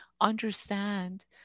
understand